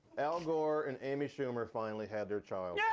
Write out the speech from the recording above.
al gore and amy schumer finally had their child.